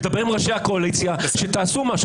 מדברים ראשי הקואליציה שתעשו משהו.